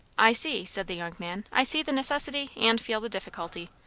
i see! said the young man. i see the necessity, and feel the difficulty.